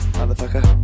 motherfucker